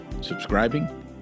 subscribing